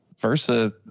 versa